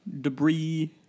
Debris